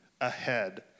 ahead